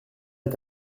est